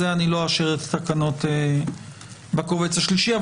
אאשר את התקנות בקובץ השלישי.